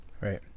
Right